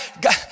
God